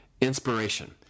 inspiration